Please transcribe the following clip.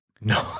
No